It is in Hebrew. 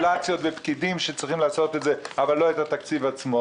ופקידים שצריכים לעשות את זה אבל לא את התקציב עצמו?